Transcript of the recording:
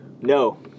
No